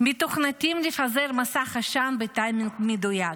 מתוכנתים לפזר מסך עשן בטיימינג מדויק.